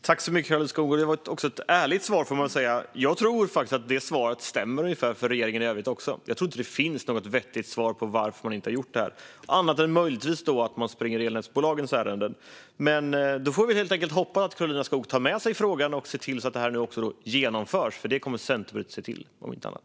Fru talman! Det var ett ärligt svar, Karolina Skog. Jag tror faktiskt det svaret stämmer ungefär för regeringen i övrigt också. Jag tror inte att det finns något vettigt svar på varför man inte har gjort detta, annat än möjligtvis att man springer elnätsbolagens ärenden. Vi får helt enkelt hoppas att Karolina Skog tar med sig frågan och ser till att det genomförs. Detta kommer Centerpartiet att se till, om inte annat.